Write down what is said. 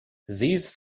these